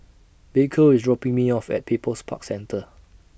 Baker IS dropping Me off At People's Park Centre